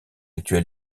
actuel